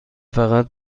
فقط